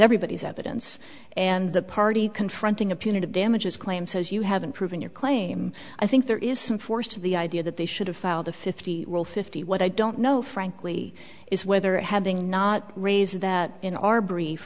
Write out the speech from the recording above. everybody's evidence and the party confronting a punitive damages claim says you haven't proven your claim i think there is some force of the idea that they should have filed a fifty fifty what i don't know frankly is whether having not raised that in our brief